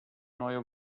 neue